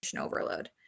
overload